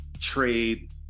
trade